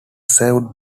served